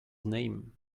name